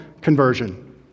conversion